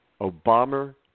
Obama